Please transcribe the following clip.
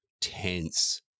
tense